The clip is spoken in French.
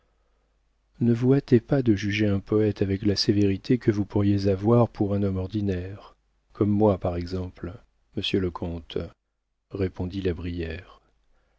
ne vous hâtez pas de juger un poëte avec la sévérité que vous pourriez avoir pour un homme ordinaire comme moi par exemple monsieur le comte répondit la brière